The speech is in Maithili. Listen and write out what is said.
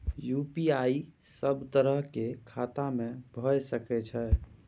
यु.पी.आई सब तरह के खाता में भय सके छै?